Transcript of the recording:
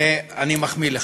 ואני מחמיא לך.